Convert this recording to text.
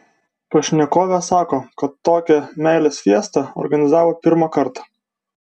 pašnekovė sako kad tokią meilės fiestą organizavo pirmą kartą